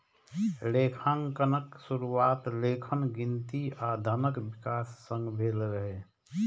लेखांकनक शुरुआत लेखन, गिनती आ धनक विकास संग भेल रहै